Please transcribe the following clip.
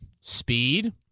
speed